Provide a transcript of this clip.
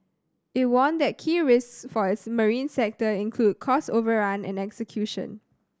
it warned that key risks for its marine sector include cost overrun and execution